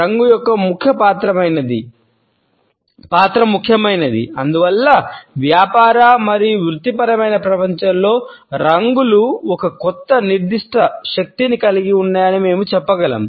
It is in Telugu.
రంగు యొక్క పాత్ర ముఖ్యమైనది అందువల్ల వ్యాపార మరియు వృత్తిపరమైన ప్రపంచంలో రంగులు ఒక నిర్దిష్ట శక్తిని కలిగి ఉన్నాయని మేము చెప్పగలం